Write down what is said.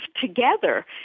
together